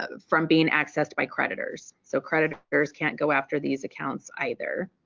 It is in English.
ah from being accessed by creditors. so creditors can't go after these accounts either.